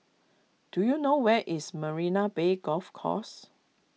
do you know where is Marina Bay Golf Course